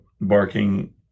barking